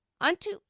Unto